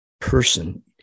person